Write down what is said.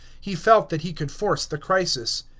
he felt that he could force the crisis.